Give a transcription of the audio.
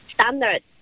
standard